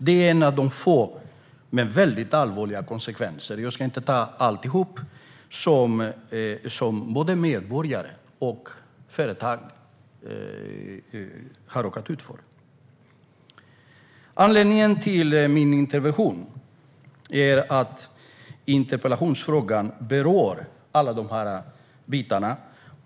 Det är en av de väldigt allvarliga konsekvenserna. Jag ska inte ta upp allt som både medborgare och företag har råkat ut för. Anledningen till min intervention är att interpellationen berör alla dessa bitar.